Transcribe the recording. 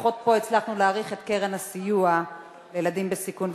לפחות פה הצלחנו להאריך את קיום קרן הסיוע לילדים בסיכון.